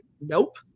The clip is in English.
nope